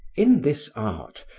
in this art,